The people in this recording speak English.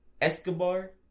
Escobar